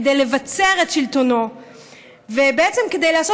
כדי לבצר את שלטונו ובעצם כדי לעשות